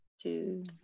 two